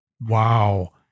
Wow